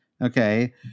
Okay